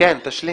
כן, תשלימי.